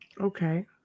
Okay